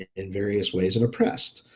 in various ways and oppressed,